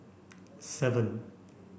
seven